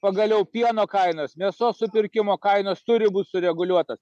pagaliau pieno kainos mėsos supirkimo kainos turi būt sureguliuotos